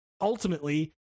ultimately